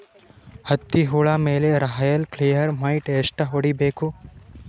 ಹತ್ತಿ ಹುಳ ಮೇಲೆ ರಾಯಲ್ ಕ್ಲಿಯರ್ ಮೈಟ್ ಎಷ್ಟ ಹೊಡಿಬೇಕು?